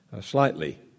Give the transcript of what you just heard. slightly